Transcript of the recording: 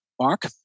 Mark